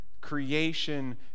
creation